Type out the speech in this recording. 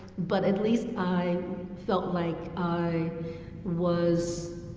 but at least i felt like i was